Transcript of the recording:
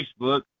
Facebook